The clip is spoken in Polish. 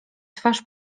twarz